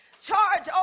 charge